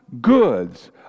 goods